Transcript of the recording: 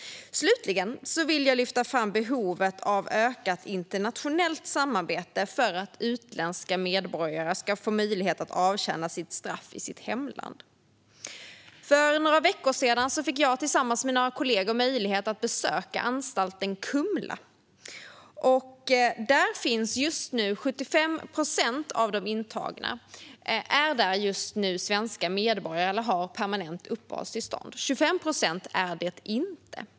Jag vill lyfta fram behovet av ökat internationellt samarbete för att utländska medborgare ska få möjlighet att avtjäna sitt straff i hemlandet. För några veckor sedan fick jag tillsammans med några kollegor möjlighet att besöka anstalten Kumla. Av de intagna där är det just nu 75 procent som är svenska medborgare eller har permanent uppehållstillstånd; 25 procent är eller har det inte.